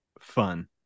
Fun